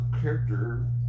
character